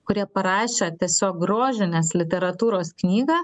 kurie parašę tiesiog grožinės literatūros knygą